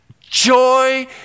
Joy